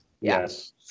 Yes